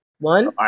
One